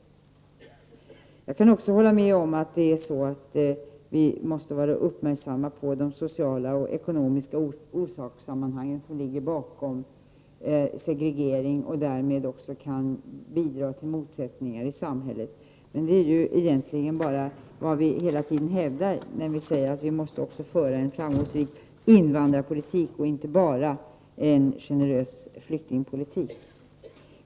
Jag kan också hålla med om att vi måste vara uppmärksamma på de sociala och ekonomiska orsakssammanhang som ligger bakom detta med segregering och som därmed också kan bidra till motsättningar i samhället. Men det är egentligen vad vi hela tiden hävdar när vi säger att en framgångsrik invandrarpolitik också måste föras, alltså inte bara en generös flyktingpolitik.